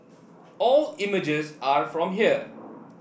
all images are from here